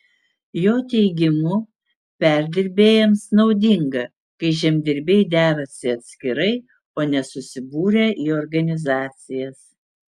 jo teigimu perdirbėjams naudinga kai žemdirbiai derasi atskirai o ne susibūrę į organizacijas